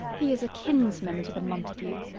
he is a kinsman to the montague,